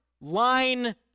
line